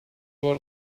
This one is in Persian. بار